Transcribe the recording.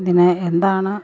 ഇതിന് എന്താണ്